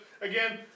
again